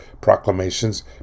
proclamations